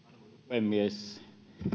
puhemies